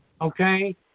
Okay